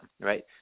right